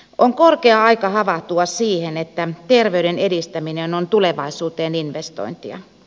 on korkea aika havahtua siihen että terveyden edistäminen on tulevaisuuteen investointia